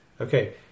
Okay